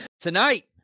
Tonight